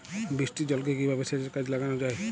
বৃষ্টির জলকে কিভাবে সেচের কাজে লাগানো যায়?